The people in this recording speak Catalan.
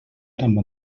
amb